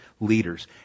leaders